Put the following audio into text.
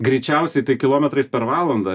greičiausiai tai kilometrais per valandą